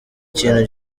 kintu